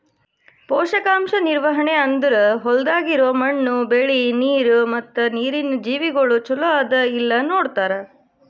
ಪೋಷಕಾಂಶ ನಿರ್ವಹಣೆ ಅಂದುರ್ ಹೊಲ್ದಾಗ್ ಇರೋ ಮಣ್ಣು, ಬೆಳಿ, ನೀರ ಮತ್ತ ನೀರಿನ ಜೀವಿಗೊಳ್ ಚಲೋ ಅದಾ ಇಲ್ಲಾ ನೋಡತಾರ್